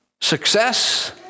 success